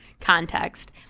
context